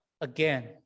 again